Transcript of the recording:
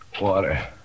Water